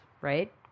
right